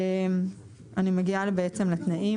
אני מגיעה בעצם לתנאים.